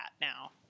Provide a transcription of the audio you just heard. now